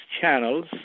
channels